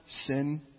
Sin